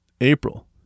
April